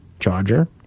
charger